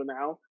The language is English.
now